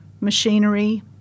machinery